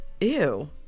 Ew